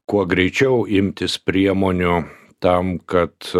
kuo greičiau imtis priemonių tam kad